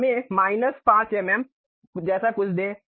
अब हमें minus 5 M M जैसा कुछ दें